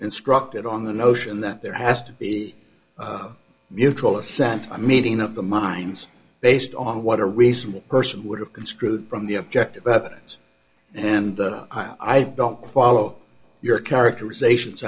instructed on the notion that there has to be mutual assent a meeting of the minds based on what a reasonable person would have been screwed from the objective evidence and i don't follow your characterizations